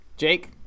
Jake